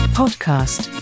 podcast